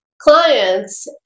clients